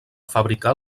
fabricar